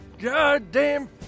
Goddamn